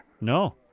No